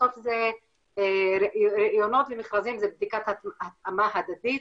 בסוף ריאיונות ומכרזים זה בדיקת התאמה הדדית